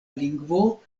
lingvo